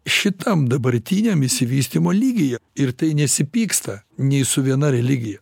šitam dabartiniam išsivystymo lygyje ir tai nesipyksta nei su viena religija